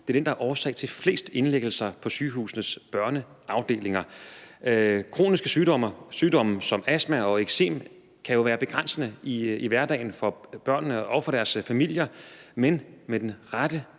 Det er den, der er årsag til flest indlæggelser på sygehusenes børneafdelinger. Kroniske sygdomme som astma og eksem kan jo være begrænsende i hverdagen for børnene og for deres familier, men med den rette